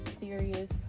serious